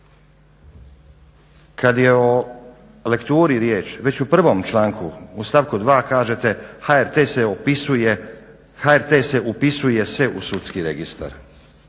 Kada je o lekturi riječ već u prvom članku u stavku 2.kažete "HRT se upisuje se u sudski registar".